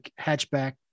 hatchback